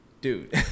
dude